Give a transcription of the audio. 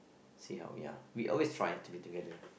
see how ya we always try to meet together